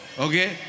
Okay